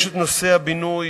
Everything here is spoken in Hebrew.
יש נושא הבינוי,